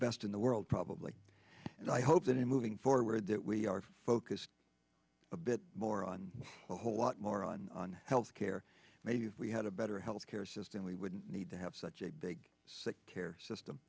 best in the world probably and i hope that in moving forward that we are focused a bit more on a whole lot more on health care maybe if we had a better health care system we wouldn't need to have such a big sick care